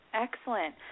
Excellent